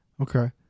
Okay